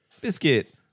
Biscuit